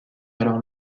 alors